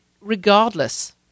regardless